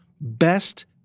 Best